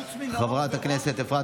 חבר הכנסת אלעזר שטרן,